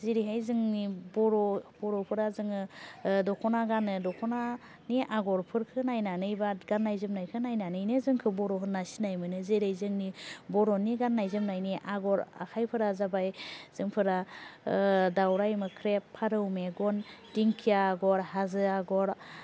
जेरैहाय जोंनि बर' बर'फोरा जोङो दख'ना गानो दख'नानि आग'रफोरखौ नायनानै बा गान्नाय जोमानायखौ नायनानैनो जोंखौ बर' होन्ना सिनाय मोनो जेरै जोंनि बर'नि गान्नाय जोमनायनि आग'र आखायफोरा जाबाय जोंफोरा दावराय मोख्रेब फारौ मेगन दिंखिया आग'र हाजो आग'र